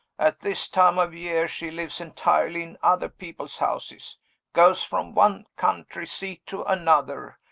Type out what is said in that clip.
at this time of year she lives entirely in other people's houses goes from one country seat to another,